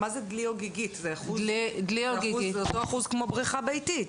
לא קיימות.